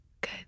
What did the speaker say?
Good